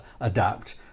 adapt